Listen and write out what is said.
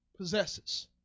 possesses